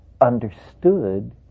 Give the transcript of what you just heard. understood